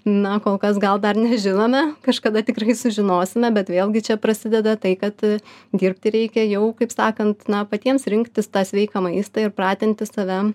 na kol kas gal dar nežinome kažkada tikrai sužinosime bet vėlgi čia prasideda tai kad dirbti reikia jau kaip sakant na patiems rinktis tą sveiką maistą ir pratinti save